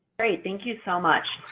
great, thank you so much.